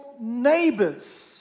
neighbor's